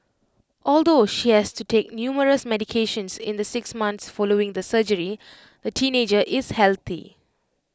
although she has to take numerous medications in the six months following the surgery the teenager is healthy